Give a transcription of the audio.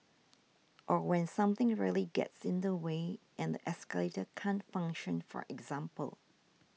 or when something really gets in the way and the escalator can't function for example